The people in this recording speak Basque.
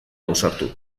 ausartu